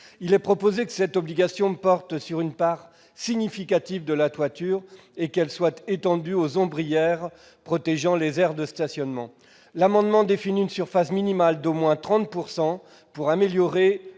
nous proposons que cette obligation porte sur une part significative de la toiture et qu'elle soit étendue aux ombrières protégeant les aires de stationnement. L'amendement vise à définir une surface minimale d'au moins 30 % pour améliorer